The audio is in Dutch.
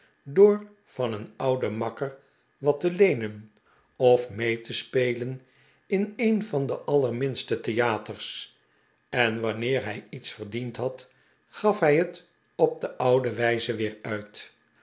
door van een ouden makker wat te leenen of mee te spelen in een van de allerminste theaters en wanneer hij iet verdiend had gaf hij het op de oude wijze weer uit